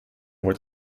wordt